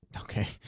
okay